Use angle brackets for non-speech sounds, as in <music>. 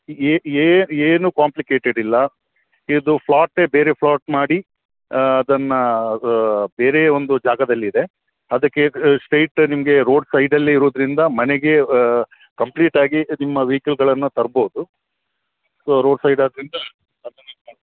ಏ ಏ ಏನು ಕಾಂಪ್ಲಿಕೇಟೆಡ್ ಇಲ್ಲ ಇದು ಫ್ಲೋಟೆ ಬೇರೆ ಫ್ಲೋಟ್ ಮಾಡಿ ಅದನ್ನು ಬೇರೆ ಒಂದು ಜಾಗದಲ್ಲಿದೆ ಅದಕ್ಕೆ ಸ್ಟ್ರೆಯ್ಟ್ ನಿಮಗೆ ರೋಡ್ ಸೈಡಲ್ಲೇ ಇರೋದ್ರಿಂದ ಮನೆಗೆ ಕಂಪ್ಲೀಟಾಗಿ ನಿಮ್ಮ ವೆಹಿಕಲ್ಗಳನ್ನು ತರ್ಬೌದು ಸೊ ರೋಡ್ ಸೈಡ್ ಆದ್ದರಿಂದ <unintelligible>